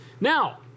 Now